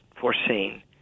foreseen